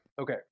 okay